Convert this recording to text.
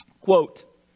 Quote